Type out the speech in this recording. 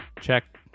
Check